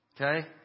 okay